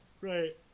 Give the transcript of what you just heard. Right